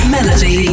Melody